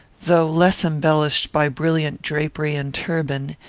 though less embellished by brilliant drapery and turban,